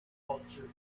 pulitzer